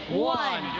one.